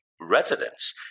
residents